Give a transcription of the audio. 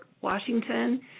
Washington